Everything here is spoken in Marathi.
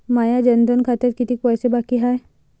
माया जनधन खात्यात कितीक पैसे बाकी हाय?